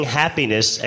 happiness